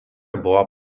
buvo